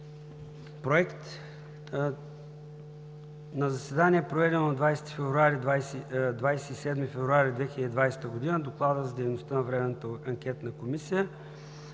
„На заседание, проведено на 27 февруари 2020 г., Докладът за дейността на временната анкетна комисия